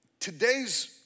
today's